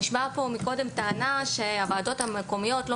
נשמעה פה טענה שהוועדות המקומיות לא